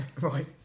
Right